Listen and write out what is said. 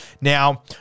Now